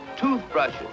toothbrushes